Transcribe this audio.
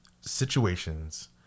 situations